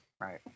right